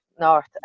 north